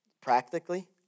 practically